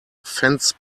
fence